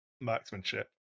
Marksmanship